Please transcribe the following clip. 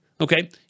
okay